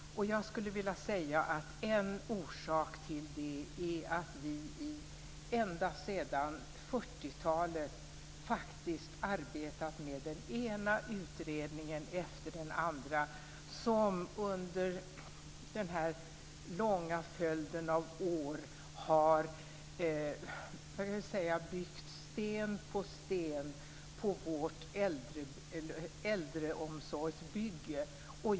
En orsak till det är att vi ända sedan 40-talet faktiskt har arbetat med den ena utredningen efter den andra. Under en lång följd av år har sten på sten byggts på vårt äldreomsorgsbygge.